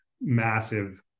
massive